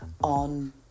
on